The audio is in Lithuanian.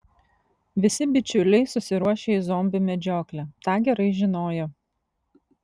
visi bičiuliai susiruošę į zombių medžioklę tą gerai žinojo